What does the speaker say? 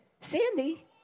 Sandy